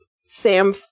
Sam